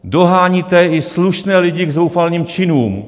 Doháníte i slušné lidi k zoufalým činům.